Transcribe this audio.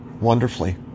wonderfully